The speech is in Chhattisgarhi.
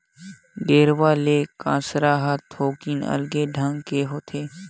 गेरवा ले कांसरा ह थोकिन अलगे ढंग ले होथे